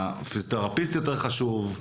הפיזיותרפיסט יותר חשוב,